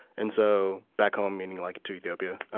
and so back home meaning like to ethiopia.